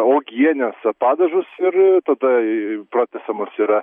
uogienes padažus ir tada e pratęsiamas yra